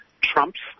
trumps